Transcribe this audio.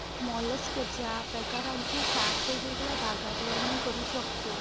मॉलस्कच्या प्रकारांचे सात वेगवेगळ्या भागात वर्णन करू शकतो